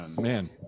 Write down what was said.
man